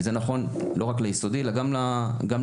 וזה נכון לא רק ליסודי, אלא גם לעל-יסודי.